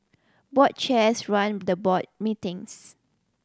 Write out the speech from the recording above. board chairs run the board meetings